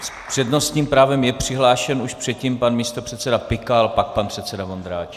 S přednostním právem je přihlášen už předtím pan místopředseda Pikal a pak pan předseda Vondráček.